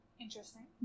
Interesting